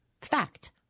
Fact